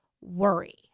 worry